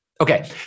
Okay